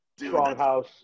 Stronghouse